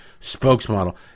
spokesmodel